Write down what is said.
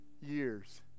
years